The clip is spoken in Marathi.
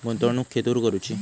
गुंतवणुक खेतुर करूची?